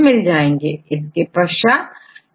protein level पर आपको protein evidence मिल जाता है